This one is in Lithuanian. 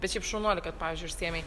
bet šiaip šaunuolė kad pavyzdžiui užsiėmei